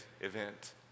event